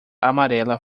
amarela